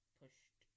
pushed